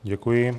Děkuji.